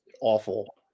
awful